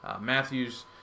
Matthew's